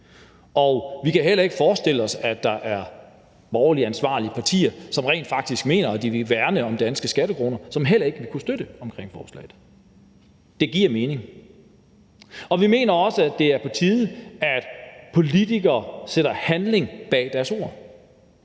Vi kan heller ikke forestille os, at der er ansvarlige borgerlige partier, som rent faktisk mener, at de vil værne om danske skattekroner, som ikke vil kunne støtte forslaget. Det giver mening. Vi mener også, at det er på tide, at politikere sætter handling bag deres ord.